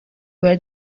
where